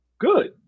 good